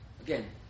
Again